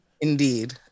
Indeed